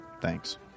Thanks